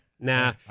Nah